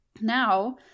Now